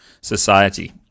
society